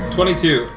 Twenty-two